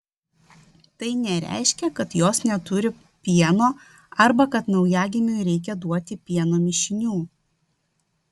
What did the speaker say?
tai nereiškia kad jos neturi pieno arba kad naujagimiui reikia duoti pieno mišinių